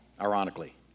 ironically